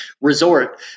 resort